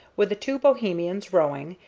with the two bohemians rowing,